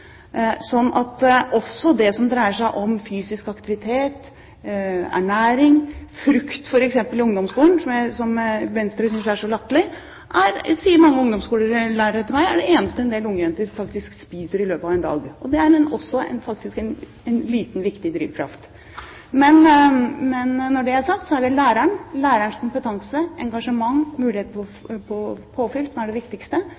som dreier seg om fysisk aktivitet, ernæring – frukt f.eks. i ungdomsskolen, som Venstre synes er så latterlig, sier mange ungdomsskolelærere til meg er det eneste en del ungjenter faktisk spiser i løpet av en dag. Det er faktisk også en liten, viktig drivkraft. Men når det er sagt, er det læreren – lærerens kompetanse, engasjement, muligheter for påfyll – som er det